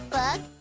Book